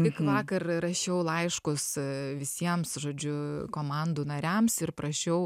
tik vakar rašiau laiškus visiems žodžiu komandų nariams ir prašiau